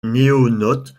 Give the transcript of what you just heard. noénautes